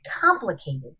complicated